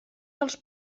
els